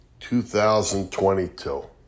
2022